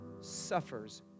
suffers